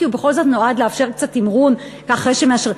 כי הוא בכל זאת נועד לאפשר קצת תמרון אחרי שמאשרים,